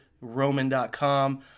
Roman.com